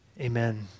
amen